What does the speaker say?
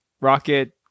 Rocket